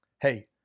Hey